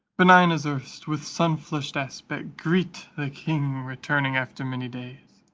benign as erst, with sun-flushed aspect greet the king returning after many days.